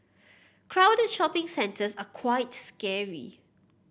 crowded shopping centres are quite scary